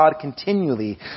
continually